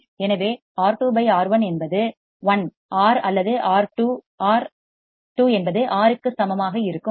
எனவே R2 R1 என்பது 1 R அல்லது R 2 என்பது R க்கு சமமாக இருக்கும் சரியா